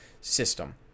system